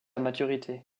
maturité